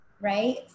right